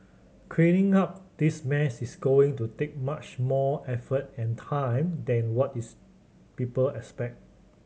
cleaning up this mess is going to take much more effort and time than what is people expect